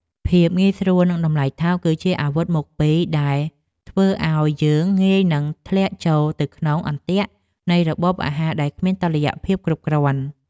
ភាពងាយស្រួល និងតម្លៃថោកគឺជាអាវុធមុខពីរដែលធ្វើឲ្យយើងងាយនឹងធ្លាក់ចូលទៅក្នុងអន្ទាក់នៃរបបអាហារដែលគ្មានតុល្យភាពគ្រប់គ្រាន់។